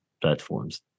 platforms